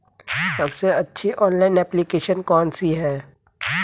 सबसे अच्छी online application कौन सी है?